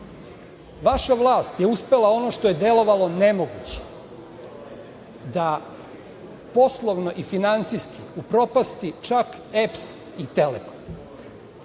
vlast je uspela ono što je delovalo nemoguće, da poslovno i finansijski upropasti čak EPS i „Telekom“.